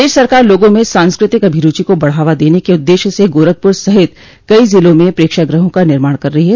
प्रदेश सरकार लोगों में सांस्कृतिक अभिरूचि को बढावा देने के उद्देश्य से गोरखपुर सहित कई ज़िलों में प्रेक्षागृहोंका निर्माण करा रही है